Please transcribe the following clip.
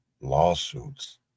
lawsuits